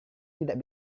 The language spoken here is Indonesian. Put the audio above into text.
tidak